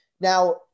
Now